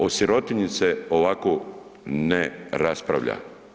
O sirotinji se ovako ne raspravlja.